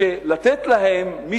לתת להם,